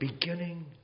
Beginning